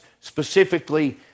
specifically